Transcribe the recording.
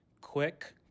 quick